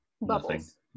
bubbles